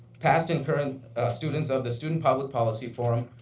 past and current students of the student public policy forum,